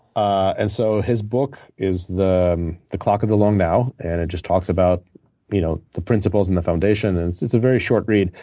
and so his book is the the clock of the long now. and it just talks about you know the principles and the foundation. and it's it's a very short read.